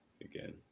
again